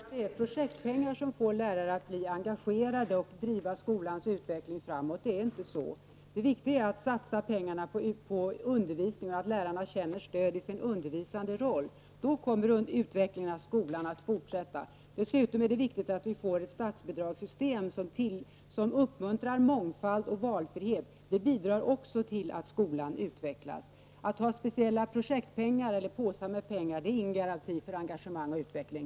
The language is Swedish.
Herr talman! Ingegerd Wärnersson tror att det är projektpengar som får lärare att vara engagerade och driva skolans utveckling framåt. Det är inte så! Det viktiga är att pengarna satsas på undervisning och att lärarna känner stöd i sin undervisande roll. Då kommer utvecklingen av skolan att fortsätta. Dessutom är det viktigt att vi får ett statsbidragssystem som uppmuntrar mångfald och valfrihet. Det bidrar också till att skolan utvecklas. Att ha speciella projektpengar eller andra påsar med pengar utgör ingen garanti för engagemang och utveckling!